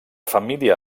família